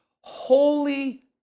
holy